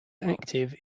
active